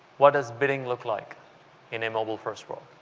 what does bidding look like in a mobile-first world?